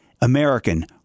American